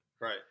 Right